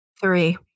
Three